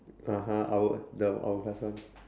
(uh huh) I would the our class [one]